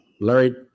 Larry